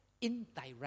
indirect